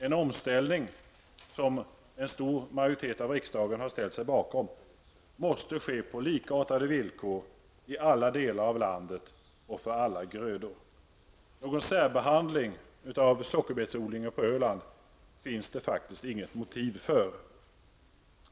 En omställning som en stor majoritet av riksdagen har ställt sig bakom måste ske på likartade villkor i alla delar av landet och för alla grödor. Någon särbehandling av sockerbetsodlingen på Öland finns det inget motiv för.